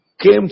came